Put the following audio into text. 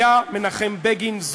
היה מנחם בגין.